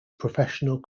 professional